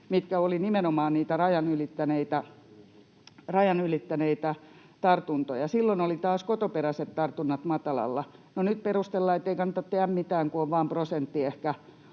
jotka olivat nimenomaan niistä rajan ylittäneistä tartunnoista. Silloin olivat taas kotoperäiset tartunnat matalalla. No, nyt perustellaan, ettei kannata tehdä mitään, kun on vain prosentti ehkä